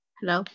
Hello